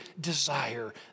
desire